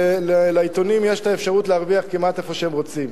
לעיתונים יש אפשרות להרוויח כמעט איפה שהם רוצים.